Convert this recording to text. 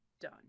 done